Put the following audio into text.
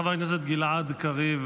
חבר הכנסת גלעד קריב,